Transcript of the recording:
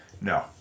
No